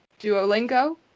Duolingo